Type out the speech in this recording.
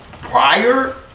prior